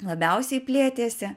labiausiai plėtėsi